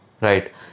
Right